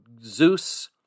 Zeus